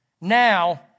Now